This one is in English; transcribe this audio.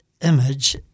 image